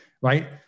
right